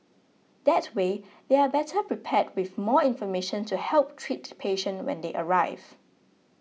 that way they are better prepared with more information to help treat the patient when they arrive